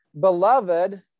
beloved